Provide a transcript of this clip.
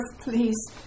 please